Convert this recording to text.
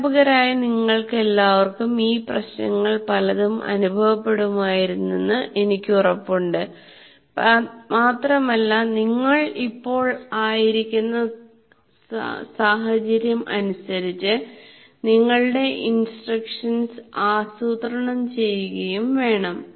അധ്യാപകരായ നിങ്ങൾക്കെല്ലാവർക്കും ഈ പ്രശ്നങ്ങൾ പലതും അനുഭവപ്പെടുമായിരുന്നുവെന്ന് എനിക്ക് ഉറപ്പുണ്ട് മാത്രമല്ല നിങ്ങൾ ഇപ്പോൾ ആയിരിക്കുന്ന സാഹചര്യം അനുസരിച്ച് നിങ്ങളുടെ ഇൻസ്ട്രക്ഷൻസ് ആസൂത്രണം ചെയ്യുകയും വേണം